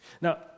Now